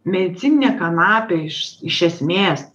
medicininė kanapė iš iš esmės